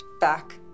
back